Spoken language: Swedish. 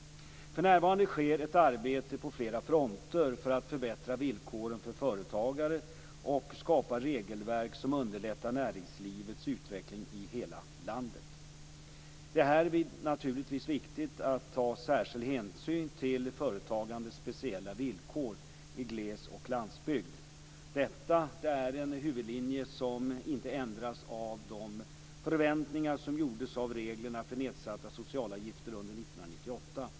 För närvarande sker ett arbete på flera fronter för att förbättra villkoren för företagare och skapa regelverk som underlättar näringslivets utveckling i hela landet. Det är härvid naturligtvis viktigt att ta särskild hänsyn till företagandets speciella villkor i gles och landsbygd. Detta är en huvudlinje som inte ändras av de förändringar som gjordes av reglerna för nedsatta socialavgifter under 1998.